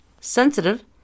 sensitive